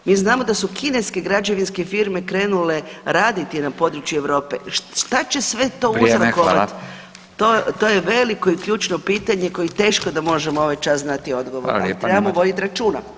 Mi znamo da su kineske građevinske firme krenule raditi na području Europe, šta će sve to uzrokovat [[Upadica: Vrijeme, hvala]] to, to je veliko i ključno pitanje koje teško da možemo ovaj čas znati odgovor, a trebamo vodit računa.